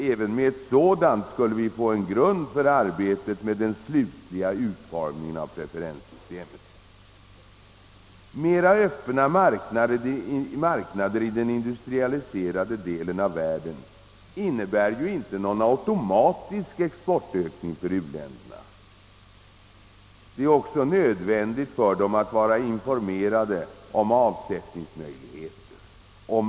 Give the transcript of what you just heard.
även med ett sådant skulle vi få en grund för arbetet med den slutliga utformningen av ett preferenssystem. : coh Mera öppna marknader i den industrialiserade delen av världen innebär inte någon automatisk exportökning för u-länderna. Det är också nödvändigt för dem att vara informerade om avsättningsmöjligheter, om .